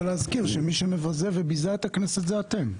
להזכיר שמי שמבזה וביזה את הכנסת זה אתם.